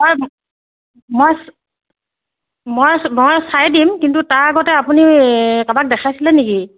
হয় মই মই মই চাই দিম কিন্তু তাৰ আগতে আপুনি কাৰোবাক দেখাইছিলে নেকি